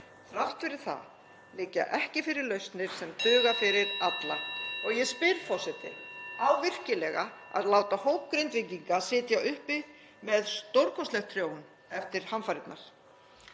Þrátt fyrir það liggja ekki fyrir lausnir sem duga fyrir alla. Ég spyr, forseti: Á virkilega að láta hóp Grindvíkinga sitja uppi með stórkostlegt tjón eftir hamfarirnar?